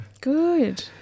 Good